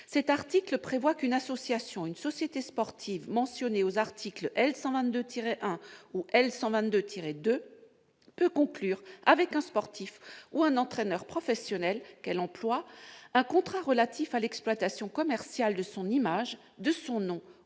Cet article prévoit qu'une association ou une société sportive mentionnée aux articles L. 122-1 ou L. 122-2 du code du sport peut conclure, avec un sportif ou un entraîneur professionnel qu'elle emploie, un contrat relatif à l'exploitation commerciale de son image, de son nom